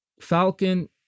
Falcon